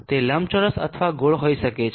તે લંબચોરસ અથવા ગોળ હોઈ શકે છે